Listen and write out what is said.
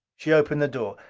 she opened the door.